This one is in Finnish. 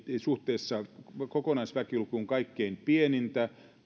suhteessa kokonaisväkilukuun kaikkein pienintä